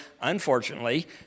unfortunately